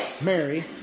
Mary